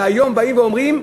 והיום באים ואומרים,